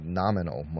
nominal